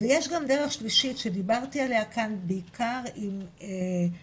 ויש גם דרך שלישית שדיברתי עליה כאן בעיקר עם נציג